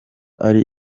ari